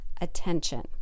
attention